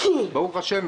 ברוך-השם,